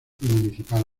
municipal